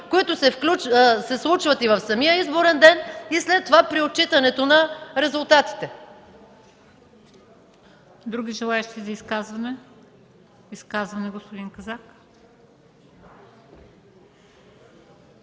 които се случват и в самия изборен ден, и след това при отчитането на резултатите.